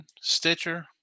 Stitcher